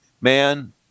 man